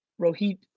Rohit